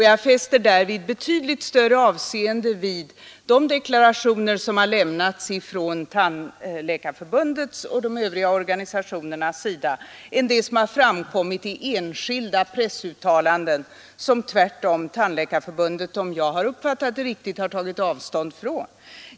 Jag fäster därvid betydligt större avseende vid de deklarationer som lämnats från Tandläkarförbundets och de övriga organisationernas sida än vid det som har framkommit i enskilda pressuttalanden, som Tandläkarförbundet — om jag uppfattat det riktigt — tvärtom har tagit avstånd ifrån.